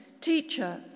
Teacher